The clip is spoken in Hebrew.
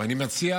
ואני מציע